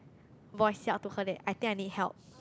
voice out to her that I think I need help